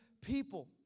people